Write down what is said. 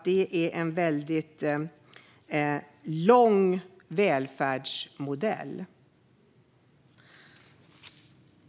Det är en väldigt lång välfärdsmodell.